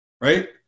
right